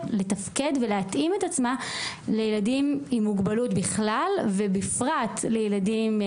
לתפקד ולהתאים את עצמה לילדים עם מוגבלות בכלל ובפרט לילדים עם